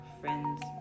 friends